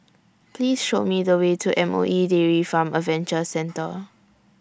Please Show Me The Way to M O E Dairy Farm Adventure Centre